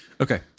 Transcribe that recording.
okay